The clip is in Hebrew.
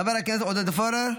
חבר הכנסת עודד פורר,